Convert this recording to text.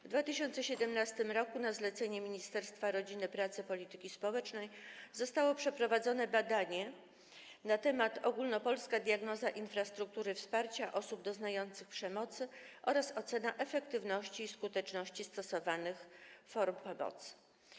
W 2017 r. na zlecenie Ministerstwa Rodziny, Pracy i Polityki Społecznej zostało przeprowadzone badanie: ogólnopolska diagnoza infrastruktury wsparcia osób doznających przemocy oraz ocena efektywności i skuteczności stosowanych form pomocy.